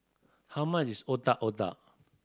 how much is Otak Otak